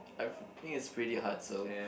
I think it's pretty hard so